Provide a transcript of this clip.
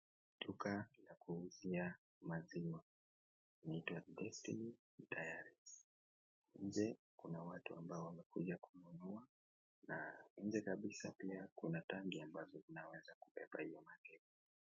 Duka la kuuzia maziwa linaitwa Destiny Dairies. Nje kuna watu ambao wamekuja kununua maziwa na nje kabisa kuna tanki ambayo inaweza kubeba hiyo maziwa.